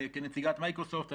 כנציגת מייקרוסופט,